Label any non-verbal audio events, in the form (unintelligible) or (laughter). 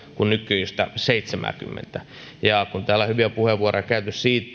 kuin nykyistä seitsemääkymmentä kun täällä on hyviä puheenvuoroja käyty siitä (unintelligible)